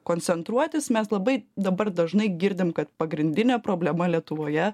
koncentruotis mes labai dabar dažnai girdim kad pagrindinė problema lietuvoje